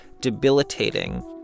debilitating